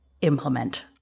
implement